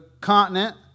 continent